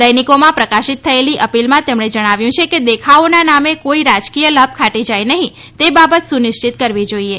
દૈનિકીમાં પ્રકાશિત થયેલી અપીલમાં તેમણે જણાવ્યું છે કે દેખાવોના નામે કોઈ રાજકીય લાભ ખાટી જાય નહિં તે બાબત સુનિશ્ચિત કરવી જોઈએ